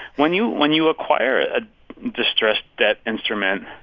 when you when you acquire a distressed debt instrument,